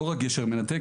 לא רק גשר מנתק,